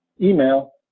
email